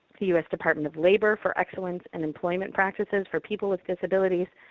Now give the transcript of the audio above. the u. s. department of labor for excellence in employment practices for people with disabilities.